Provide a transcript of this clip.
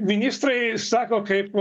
ministrai sako kaip